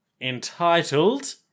entitled